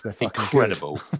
incredible